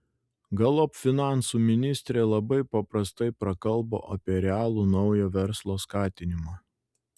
galop finansų ministrė labai paprastai prakalbo apie realų naujo verslo skatinimą